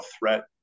threat